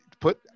put